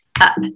up